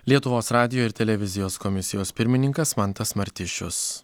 lietuvos radijo ir televizijos komisijos pirmininkas mantas martišius